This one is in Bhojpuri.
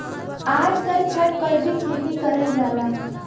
आजकल छत पर भी खेती करल जाला